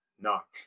knock